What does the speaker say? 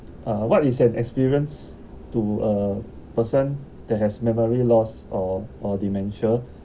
uh what is an experience to a person that has memory loss or or dementia